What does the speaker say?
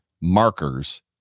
markers